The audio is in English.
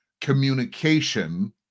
communication